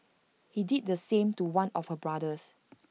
he did the same to one of her brothers